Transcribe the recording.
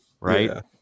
right